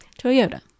Toyota